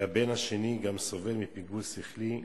והבן השני גם סובל מפיגור שכלי,